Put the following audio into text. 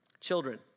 Children